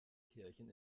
kirchen